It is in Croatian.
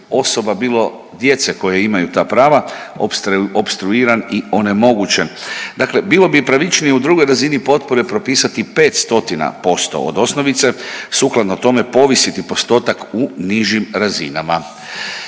bilo djece koje imaju ta prava, opstruiran i onemogućen. Dakle bilo bi pravičnije u drugoj razini potpore propisati 500% od osnovice, sukladno tome povisiti postotak u nižim razinama.